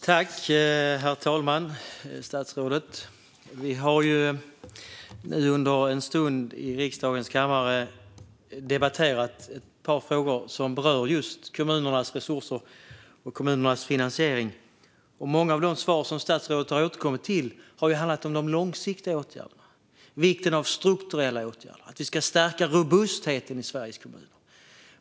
Herr talman! Under en stund i riksdagens kammare har vi debatterat ett par frågor som berör just kommunernas resurser och kommunernas finansiering. Många av de svar som statsrådet har återkommit till har handlat om de långsiktiga åtgärderna, vikten av strukturella åtgärder och att vi ska stärka robustheten i Sveriges kommuner.